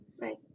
Right